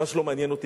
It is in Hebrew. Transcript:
ממש לא מעניין אותי,